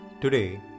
Today